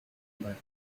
back